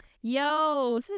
Yo